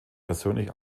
persönlich